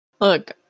Look